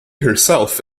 herself